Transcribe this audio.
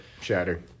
shattered